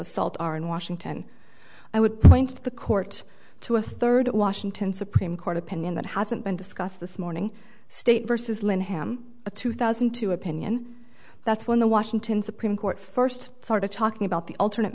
assault are in washington i would point the court to a third washington supreme court opinion that hasn't been discussed this morning state versus lynn ham a two thousand and two opinion that's when the washington supreme court first started talking about the alternate